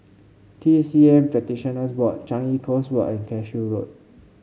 T C M Practitioners Board Changi Coast Walk and Cashew Road